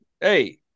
Hey